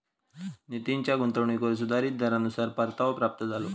नितीनच्या गुंतवणुकीवर सुधारीत दरानुसार परतावो प्राप्त झालो